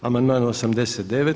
Amandman 89.